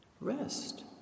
rest